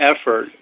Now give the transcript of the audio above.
effort